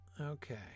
Okay